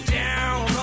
down